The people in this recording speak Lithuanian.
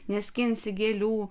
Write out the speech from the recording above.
neskinsi gėlių